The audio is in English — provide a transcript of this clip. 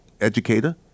educator